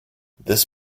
this